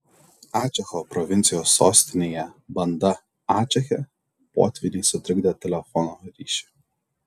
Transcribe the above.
ačecho provincijos sostinėje banda ačeche potvyniai sutrikdė telefono ryšį